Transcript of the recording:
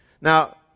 Now